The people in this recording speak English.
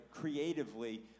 creatively